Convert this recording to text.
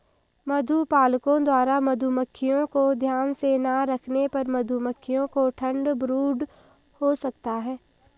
मधुपालकों द्वारा मधुमक्खियों को ध्यान से ना रखने पर मधुमक्खियों को ठंड ब्रूड हो सकता है